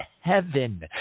heaven